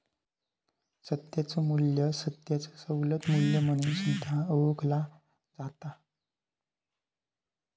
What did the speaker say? सध्याचो मू्ल्य सध्याचो सवलत मू्ल्य म्हणून सुद्धा ओळखला जाता